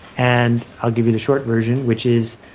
and i'll give you the short version, which is